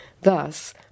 Thus